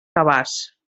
cabàs